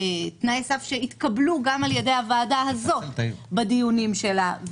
תנאי סף שהתקבל גם על ידי הוועדה הזאת בדיונים שלה.